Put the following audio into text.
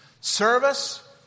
Service